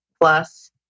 plus